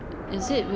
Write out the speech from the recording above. err